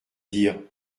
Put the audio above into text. dire